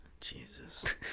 Jesus